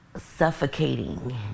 suffocating